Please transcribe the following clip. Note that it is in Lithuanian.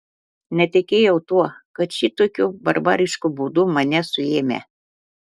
netikėjau tuo kad šitokiu barbarišku būdu mane suėmę